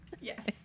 yes